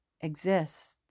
exists